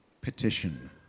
petition